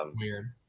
weird